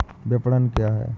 विपणन क्या है?